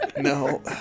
No